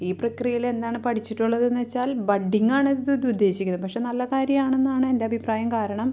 ഈ പ്രക്രിയയിലെന്താണ് പഠിച്ചിട്ടുള്ളതെന്നു വെച്ചാൽ ബഡിംഗാണ് ഇത് ഇത് ഉദ്ദേശിക്കുന്നത് പക്ഷെ നല്ല കാര്യമാണെന്നാണ് എൻ്റഭിപ്രായം കാരണം